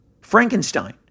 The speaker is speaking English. Frankenstein